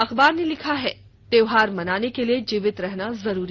अखबार ने लिखा है त्योहार मनाने के लिए जीवित रहना जरूरी